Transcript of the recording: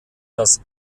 das